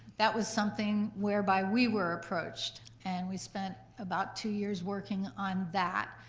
that was something whereby we were approached, and we spent about two years working on that.